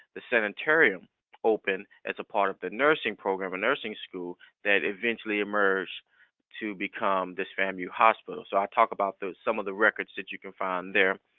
the sanitarium opened as a part of the nursing program, the nursing school that eventually emerged to become this famu hospital. so i'll talk about those, some of the records that you can find there.